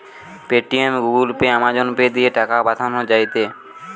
Paytm, Google Pay, Amazon Pay দিয়ে টাকা পাঠান যায়টে